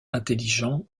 intelligent